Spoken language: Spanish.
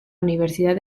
universidad